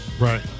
Right